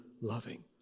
loving